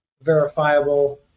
verifiable